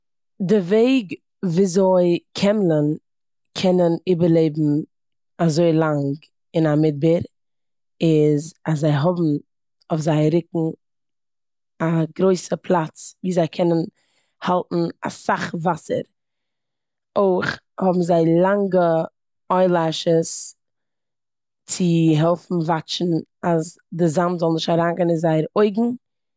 די וועג וויאזוי קעמלען קענען איבערלעבן אזוי לאנג אין א מדבר איז אז זיי האבן אויף זייער רוקן א גרויסע פלאץ ווי זיי קענען האלטן אסאך וואסער. אויך האבן זיי לאנגע איילעשעס צו העלפן וואטשן אז די זאמד זאל נישט אריינגיין אין זייער אויגן.